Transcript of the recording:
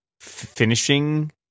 finishing